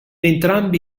entrambi